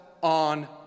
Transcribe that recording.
on